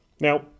Now